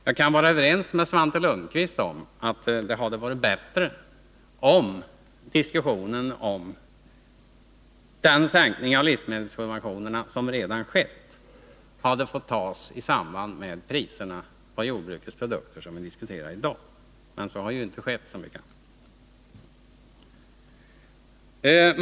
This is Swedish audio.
Jag kan vara överens med Svante Lundkvist om att det hade varit bättre om diskussionen om den sänkning av livsmedelssubventionerna som redan skett hade fått föras i samband med priserna på jordbruksprodukter. Men så har ju inte skett.